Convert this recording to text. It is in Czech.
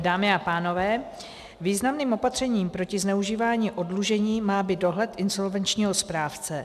Dámy a pánové, významným opatřením proti zneužívání oddlužení má být dohled insolvenčního správce.